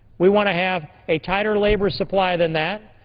we want to have a tighter labor supply than that,